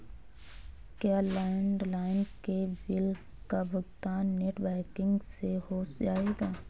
क्या लैंडलाइन के बिल का भुगतान नेट बैंकिंग से हो जाएगा?